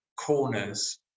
corners